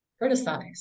criticize